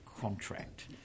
contract